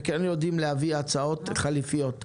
וכן יודעים להביא הצעות חליפיות.